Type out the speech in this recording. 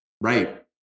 Right